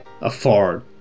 afford